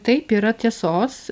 taip yra tiesos